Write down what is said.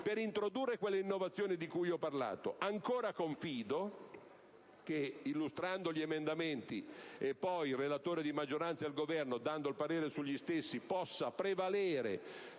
per introdurre quelle innovazioni di cui ho parlato. Ancora confido che, illustrando gli emendamenti, e poi il relatore di maggioranza e il Governo dando il parere sugli stessi, possa prevalere